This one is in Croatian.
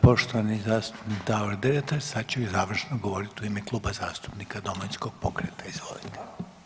Poštovani zastupnik Davor Dretar sad će i završno govoriti u ime Kluba zastupnika Domovinskog pokreta, Izvolite.